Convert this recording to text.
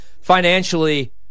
financially